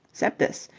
cept this.